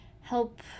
help